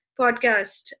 podcast